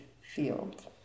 field